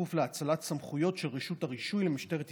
בכפוף להאצלת סמכויות של רשות הרישוי למשטרת ישראל.